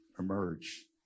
emerge